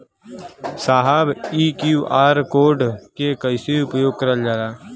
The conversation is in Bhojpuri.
साहब इ क्यू.आर कोड के कइसे उपयोग करल जाला?